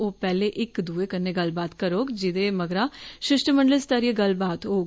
ओह् पैह्ले इक दुए कन्नै गल्लबात करोग जिन्दे मगरा षिश्टमंडल सतरीय गल्लबात होग